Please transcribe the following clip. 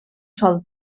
sol